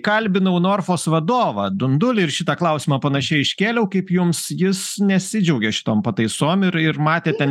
kalbinau norfos vadovą dundulį ir šitą klausimą panašiai iškėliau kaip jums jis nesidžiaugė šitom pataisom ir ir matė ten